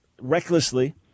recklessly